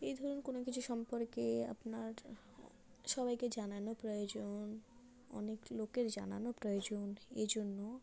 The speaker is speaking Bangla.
এই ধরুন কোনো কিছু সম্পর্কে আপনার সবাইকে জানানো প্রয়োজন অনেক লোকের জানানো প্রয়োজন এই জন্য